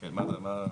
בסדר.